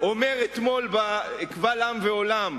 אומר אתמול קבל עם ועולם,